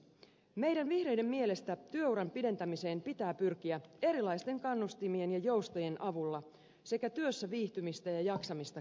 meidän vihreiden mielestä työuran pidentämiseen pitää pyrkiä erilaisten kannustimien ja joustojen avulla sekä työssä viihtymistä ja jaksamista kehittämällä